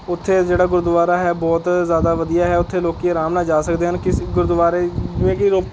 ਉੱਥੇ ਜਿਹੜਾ ਗੁਰਦੁਆਰਾ ਹੈ ਬਹੁਤ ਜ਼ਿਆਦਾ ਵਧੀਆ ਹੈ ਉੱਥੇ ਲੋਕ ਅਰਾਮ ਨਾਲ ਜਾ ਸਕਦੇ ਹਨ ਕਿਸੀ ਗੁਰਦੁਆਰੇ ਜਿਵੇਂ ਕਿ